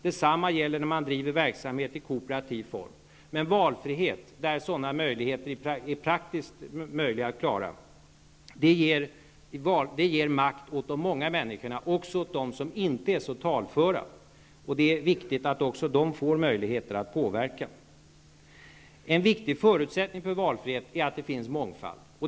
Detsamma gäller verksamhet som drivs i kooperativ form. Men valfrihet, när det är praktiskt möjligt att klara, ger makt åt de många människorna, också åt dem som inte är så talföra, och det är viktigt att också de får möjligheter att påverka. En viktig förutsättning för valfrihet är att det finns mångfald.